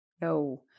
No